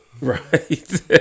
Right